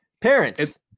Parents